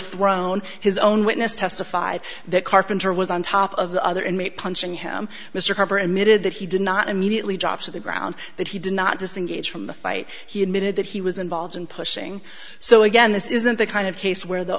thrown his own witness testified that carpenter was on top of the other inmate punching him mr barber emitted that he did not immediately drops of the ground but he did not disengage from the fight he admitted that he was involved in pushing so again this isn't the kind of case where the